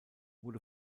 wurde